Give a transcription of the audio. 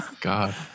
God